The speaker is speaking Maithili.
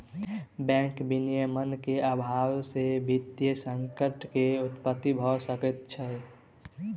बैंक विनियमन के अभाव से वित्तीय संकट के उत्पत्ति भ सकै छै